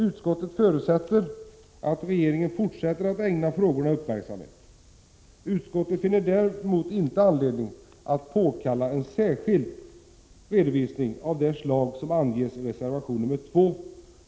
Utskottet förutsätter att regeringen fortsätter att ägna frågorna uppmärksamhet. Utskottet finner däremot inte anledning att påkalla en särskild redovisning av det slag som anges i reservation nr 2.